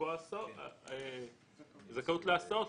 לקבוע זכאות להסעות,